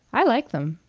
i like them.